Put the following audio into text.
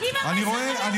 כן, הם, נכון.